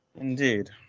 Indeed